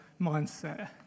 mindset